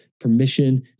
permission